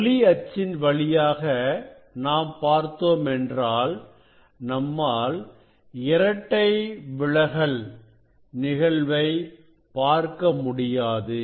ஒளி அச்சின் வழியாக நாம் பார்த்தோமென்றால் நம்மால் இரட்டை விலகல் என்ற நிகழ்வை பார்க்க முடியாது